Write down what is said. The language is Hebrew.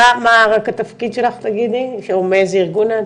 רק התפקיד שלך ומאיזה ארגון.